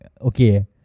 Okay